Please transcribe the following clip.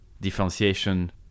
differentiation